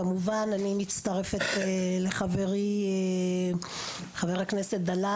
כמובן אני מצטרפת לחברי חבר הכנסת דלל